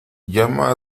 llama